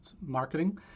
marketing